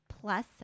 plus